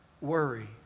worry